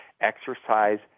exercise